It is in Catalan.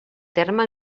terme